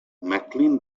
mclean